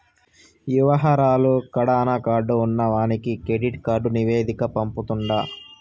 యవహారాలు కడాన కార్డు ఉన్నవానికి కెడిట్ కార్డు నివేదిక పంపుతుండు